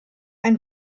ein